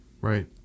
Right